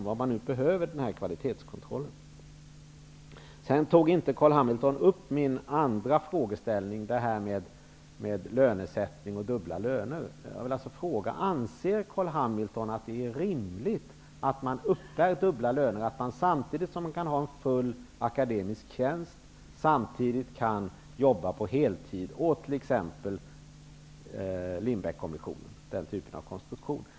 Carl B Hamilton tog inte upp min andra frågeställning angående frågan om lönesättning och dubbla löner. Anser Carl B Hamilton att det är rimligt att uppbära dubbla löner, dvs. att samtidigt som man innehar en hel akademisk tjänst kunna jobba på heltid åt t.ex. Lindbeckkommissionen?